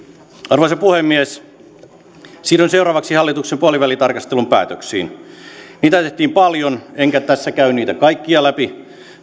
arvoisa puhemies siirryn seuraavaksi hallituksen puolivälitarkastelun päätöksiin niitä tehtiin paljon enkä tässä käy niitä kaikkia läpi